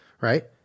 right